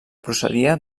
procedia